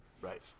Right